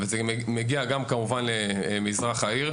זה כמובן מגיע גם אל מזרח העיר.